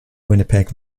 winnipeg